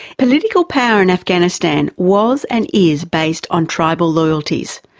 political power in afghanistan was and is based on tribal loyalties,